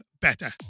better